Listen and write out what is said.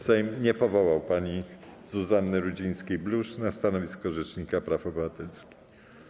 Sejm nie powołał pani Zuzanny Rudzińskiej-Bluszcz na stanowisko rzecznika praw obywatelskich.